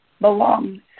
belongs